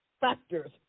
factors